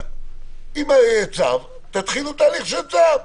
אם היה צו, תתחילו תהליך של צו.